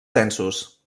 censos